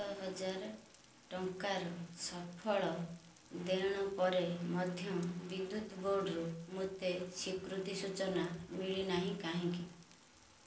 ସାତହଜାର ଟଙ୍କାର ସଫଳ ଦେଣ ପରେ ମଧ୍ୟ ବିଦ୍ୟୁତ ବୋର୍ଡ଼ରୁ ମୋତେ ସ୍ଵୀକୃତି ସୂଚନା ମିଳିନାହିଁ କାହିଁକି